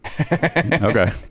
Okay